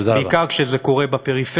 בעיקר כשזה קורה בפריפריה.